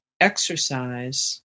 exercise